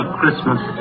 Christmas